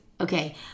okay